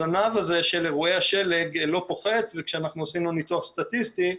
הזנב הזה של אירועי השלג לא פוחת וכשאנחנו עושים לו ניתוח סטטיסטי,